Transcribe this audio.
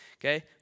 okay